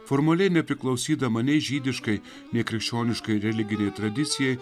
formaliai nepriklausydama nei žydiškai nei krikščioniškai religinei tradicijai